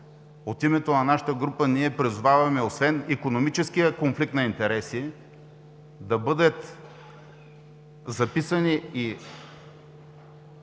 от името на нашата група ние призоваваме, освен икономическия конфликт на интереси, да бъдат записани и